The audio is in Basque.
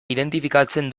identifikatzen